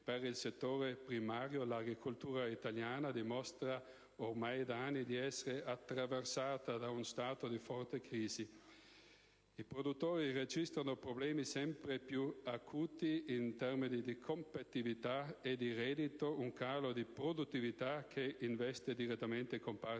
per il settore primario. L'agricoltura italiana dimostra ormai da anni di essere attraversata da uno stato di forte crisi. I produttori registrano problemi sempre più acuti in termini di competitività e di reddito: si evidenzia un calo di produttività che investe direttamente comparti